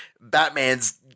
Batman's